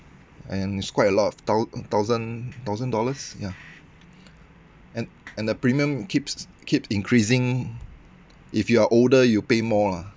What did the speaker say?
and it's quite a lot of thou~ thousand thousand dollars ya and and the premium keeps keep increasing if you are older you pay more lah